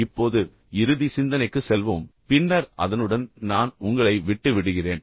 இப்போது இறுதி சிந்தனைக்கு செல்வோம் பின்னர் அதனுடன் நான் உங்களை விட்டு விடுகிறேன்